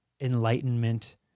enlightenment